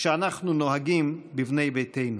שאנחנו נוהגים בבני ביתנו.